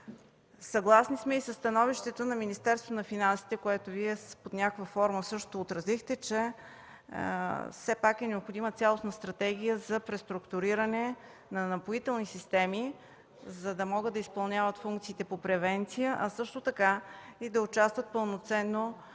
Съгласни сме и със становището на Министерството на финансите, което Вие под някаква форма също отразихте, че все пак е необходима цялостна стратегия за преструктуриране на „Напоителни системи”, за да могат да изпълняват функциите по превенция, а също така и да участват пълноценно